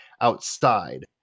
outside